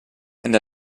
and